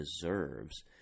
deserves